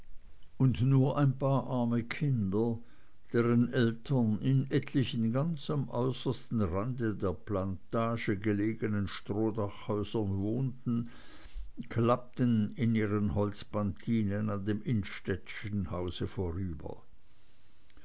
und nur ein paar arme kinder deren eltern in etlichen ganz am äußersten rand der plantage gelegenen strohdachhäusern wohnten klappten in ihren holzpantinen an dem innstettenschen hause vorüber